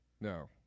No